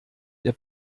der